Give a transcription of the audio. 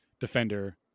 defender